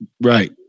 Right